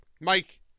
Mike